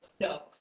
No